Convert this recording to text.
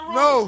no